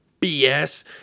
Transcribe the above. BS